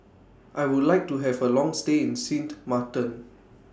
I Would like to Have A Long stay in Sint Maarten